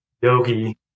yogi